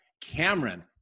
Cameron